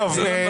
צוהריים טובים.